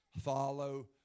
follow